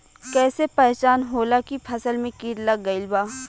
कैसे पहचान होला की फसल में कीट लग गईल बा?